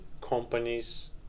companies